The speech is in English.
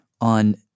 on